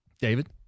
David